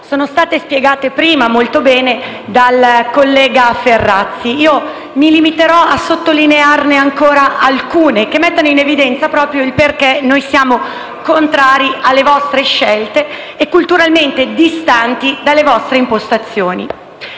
sono state spiegate prima molto bene dal collega Ferrazzi. Io mi limiterò a sottolinearne ancora alcune, che mettono evidenza proprio il perché noi siamo contrari alle vostre scelte e culturalmente distanti dalle vostre impostazioni.